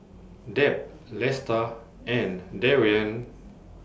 Deb Lesta and Darrian